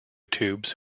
tubes